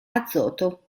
azoto